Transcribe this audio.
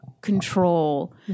control